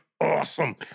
awesome